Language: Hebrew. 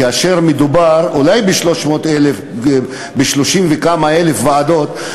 כאשר מדובר אולי ב-30 וכמה אלף ועדות,